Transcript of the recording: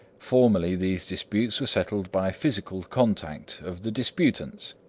formerly these disputes were settled by physical contact of the disputants,